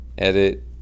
edit